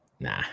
Nah